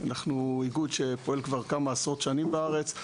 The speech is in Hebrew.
אנחנו איגוד שפועל כבר כמה עשרות שנים בארץ.